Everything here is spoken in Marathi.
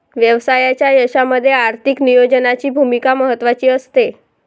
व्यवसायाच्या यशामध्ये आर्थिक नियोजनाची भूमिका महत्त्वाची असते